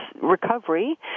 recovery